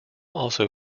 also